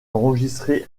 enregistrer